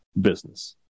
business